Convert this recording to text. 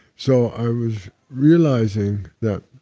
so i was realizing that